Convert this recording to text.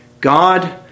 God